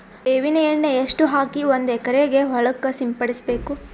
ಬೇವಿನ ಎಣ್ಣೆ ಎಷ್ಟು ಹಾಕಿ ಒಂದ ಎಕರೆಗೆ ಹೊಳಕ್ಕ ಸಿಂಪಡಸಬೇಕು?